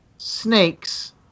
snakes